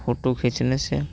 photo खींचने से